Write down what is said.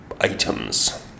items